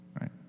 right